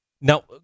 Now